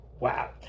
Wow